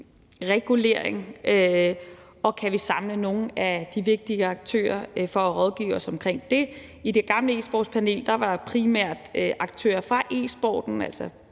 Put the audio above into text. regulering, og om vi kan samle nogle af de vigtige aktører for at rådgive os i forhold det. I det gamle e-sportspanel var der primært aktører fra e-sporten, altså